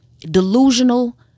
delusional